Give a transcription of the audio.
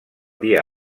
dia